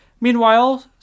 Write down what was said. Meanwhile